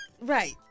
right